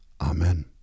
Amen